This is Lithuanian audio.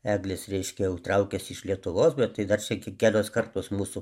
eglės reiškia jau traukiasi iš lietuvos bet tai dar čia k kelios kartos mūsų